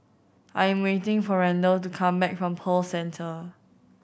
I'm waiting for Randall to come back from Pearl Centre